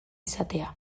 izatea